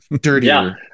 dirtier